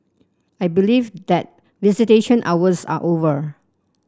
I believe that visitation hours are over